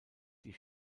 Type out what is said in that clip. die